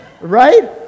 right